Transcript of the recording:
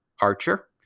Archer